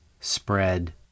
spread